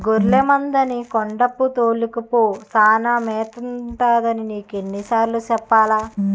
గొర్లె మందని కొండేపు తోలుకపో సానా మేతుంటదని నీకెన్ని సార్లు సెప్పాలా?